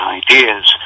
ideas